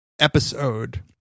episode